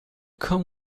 come